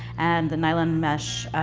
and the nylon mesh,